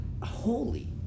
holy